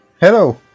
Hello